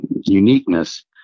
uniqueness